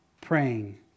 praying